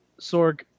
Sorg